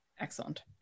excellent